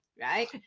Right